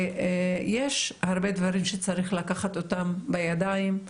יש הרבה דברים שצריך לקחת אותם בידיים,